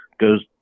goes